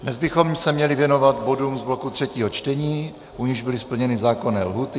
Dnes bychom se měli věnovat bodům z bloku třetího čtení, u nichž byly splněny zákonné lhůty.